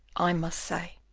i must say,